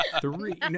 three